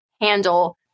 handle